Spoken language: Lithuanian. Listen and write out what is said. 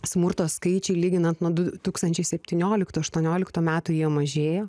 smurto skaičiai lyginant nuo du tūkstančiai septynioliktų aštuonioliktų metų jie mažėja